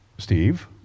Steve